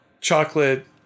Chocolate